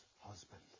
husband